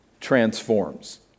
transforms